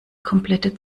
komplette